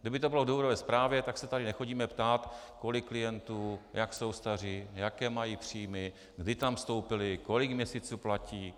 Kdyby to bylo v důvodové zprávě, tak se tady nechodíme ptát, kolik klientů, jak jsou staří, jaké mají příjmy, kdy tam vstoupili, kolik měsíců platí.